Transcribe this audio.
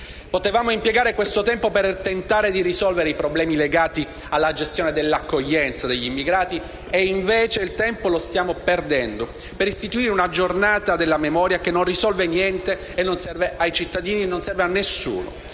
Potevamo impiegare questo tempo per tentare di risolvere i problemi legati alla gestione dell'accoglienza degli immigrati e invece il tempo lo stiamo perdendo per istituire una giornata della memoria che non risolve niente e non serve ai cittadini; non